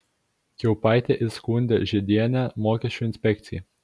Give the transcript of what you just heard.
kiaupaitė įskundė žiedienę mokesčių inspekcijai